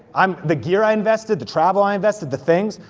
i'm, the gear i invested, the travel i invested, the things,